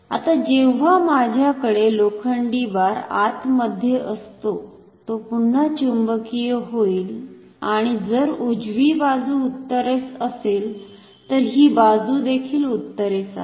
आता जेव्हा माझ्याकडे लोखंडी बार आतमध्ये असतो तो पुन्हा चुंबकीय होईल आणि जर उजवी बाजु उत्तरेस असेल तर ही बाजुदेखील उत्तरेस आहे